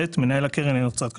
(ב) מנהל הקרן אינו צד קשור.